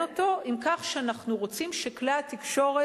אותו עם כך שאנחנו רוצים שכלי התקשורת